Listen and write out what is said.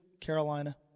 carolina